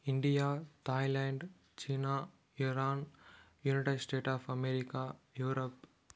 India Thailand China Iran United States of America Europe